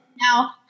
now